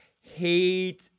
hate